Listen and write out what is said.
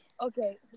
okay